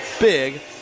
big